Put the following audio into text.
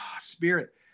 spirit